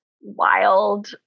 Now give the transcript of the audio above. wild